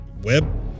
Web